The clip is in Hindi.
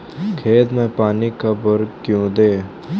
खेत में पानी कब और क्यों दें?